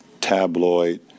tabloid